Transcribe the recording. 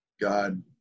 God